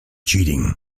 cheating